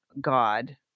god